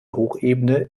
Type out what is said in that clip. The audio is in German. hochebene